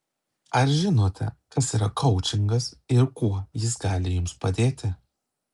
ar žinote kas yra koučingas ir kuo jis gali jums padėti